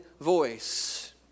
voice